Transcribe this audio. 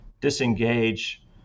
disengage